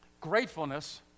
Gratefulness